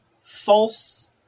false